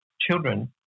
children